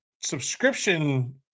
subscription